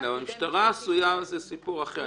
כן, אבל המשטרה זה סיפור אחר.